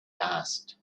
asked